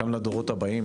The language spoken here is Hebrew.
הבאים,